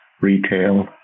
retail